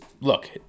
look